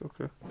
okay